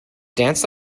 danced